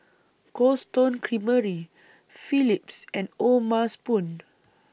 Cold Stone Creamery Phillips and O'ma Spoon